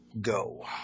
go